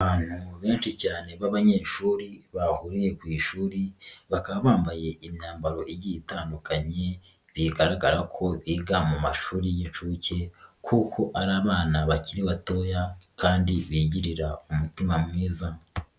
Abantu benshi cyane b'abanyeshuri bahuriye ku ishuri, bakaba bambaye imyambaro igiye itandukanye bigaragara ko biga mu mashuri y'inshuke, kuko ari abana bakiri batoya kandi bigirira umutima mwiza.